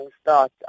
start